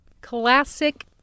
Classic